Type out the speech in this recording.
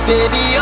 Baby